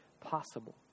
possible